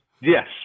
Yes